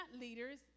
leaders